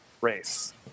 race